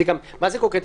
מה זה קונקרטי?